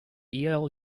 yale